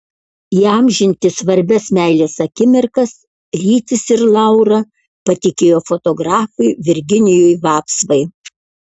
įamžinti svarbias meilės akimirkas rytis ir laura patikėjo fotografui virginijui vapsvai